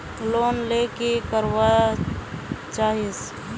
Loan ले की करवा चाहीस?